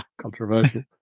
controversial